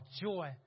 joy